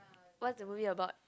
what's the movie about